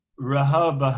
rhobh,